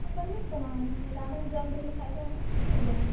ᱵᱟ ᱱᱩᱜ ᱛᱟᱢᱟ ᱢᱟᱱᱮ ᱨᱟᱱᱮᱢ ᱡᱚᱢ ᱫᱤ ᱞᱮᱠᱷᱟᱡ ᱫᱚ ᱴᱷᱤᱠᱩᱜ ᱜᱮᱭᱟᱢ